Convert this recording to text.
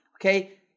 okay